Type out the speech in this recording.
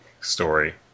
story